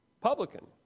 publican